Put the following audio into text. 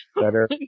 better